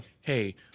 hey